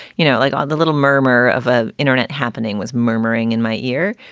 you know, like all the little murmur of ah internet happening was murmuring in my ear.